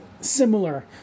similar